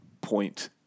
point